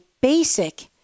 basic